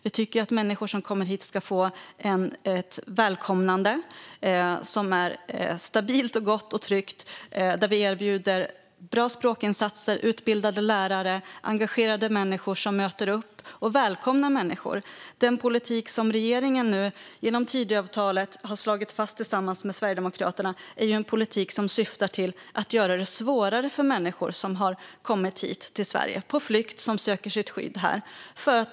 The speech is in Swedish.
Vi tycker att människor som kommer hit ska få ett välkomnande som är stabilt, gott och tryggt och där vi erbjuder bra språkinsatser, utbildade lärare och engagerade människor som möter upp och välkomnar människor. Den politik som regeringen nu genom Tidöavtalet har slagit fast tillsammans med Sverigedemokraterna är en politik som syftar till att göra det svårare för människor på flykt som har kommit till Sverige och söker skydd här.